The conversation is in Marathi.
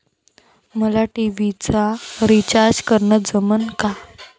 मले टी.व्ही चा रिचार्ज करन जमन का?